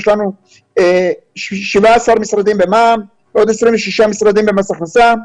יש לנו 17 משרדים במע"מ ועוד 26 משרדים במס הכנסה,